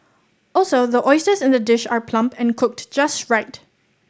also the oysters in the dish are plump and cooked just right